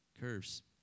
Curves